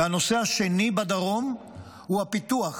והנושא השני בדרום הוא הפיתוח.